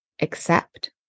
accept